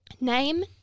Name